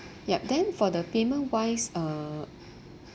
yup then for the payment wise uh